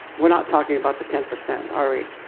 we are not talking about the ten percent are we?